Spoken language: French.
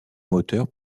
moteurs